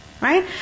Right